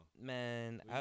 man